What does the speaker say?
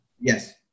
Yes